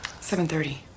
7.30